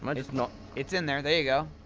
um just not? it's in there, there you go